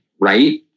right